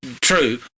true